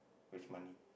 waste money